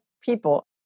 people